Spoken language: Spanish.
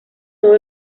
todo